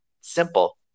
Simple